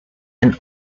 and